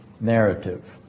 narrative